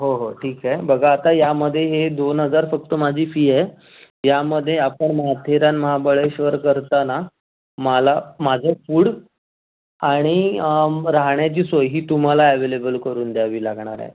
हो हो ठीक आहे बघा आता यामध्ये हे दोन हजार फक्त माझी फी आहे यामध्ये आपण माथेरान महाबळेश्वर करताना मला माझं फूड आणि राहण्याची सोय ही तुम्हाला ॲवेलेबल करून द्यावी लागणार आहे